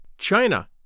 China